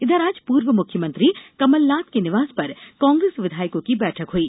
इधर आज पूर्व मुख्यमंत्री कमलनाथ के निवास पर कांग्रेस विधायकों की बैठक हुई